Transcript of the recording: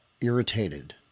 irritated